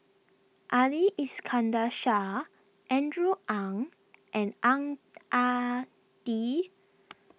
Ali Iskandar Shah Andrew Ang and Ang Ah Tee